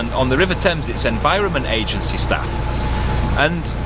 and on the river thames, it's environment agency staff and